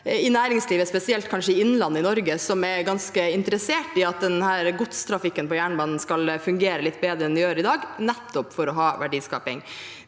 i næringslivet, spesielt kanskje i innlandet i Norge, som er ganske interessert i at denne godstrafikken på jernbanen skal fungere litt bedre enn den gjør i dag, nettopp for å ha verdiskaping.